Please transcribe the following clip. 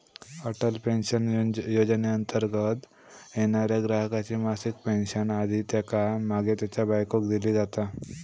Atal pension योजनेंतर्गत येणाऱ्या ग्राहकाची मासिक पेन्शन आधी त्येका मागे त्येच्या बायकोक दिली जाता